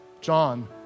John